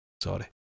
Sorry